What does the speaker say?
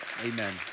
Amen